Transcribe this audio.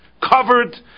covered